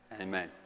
Amen